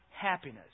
happiness